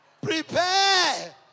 Prepare